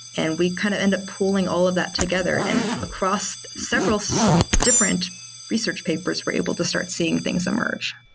and we kind of end up pulling all of that together, and across several so different research papers we're able to start seeing things emerge.